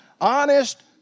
honest